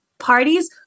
Parties